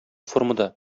формада